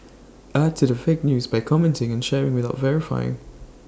add to the fake news by commenting and sharing without verifying